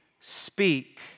speak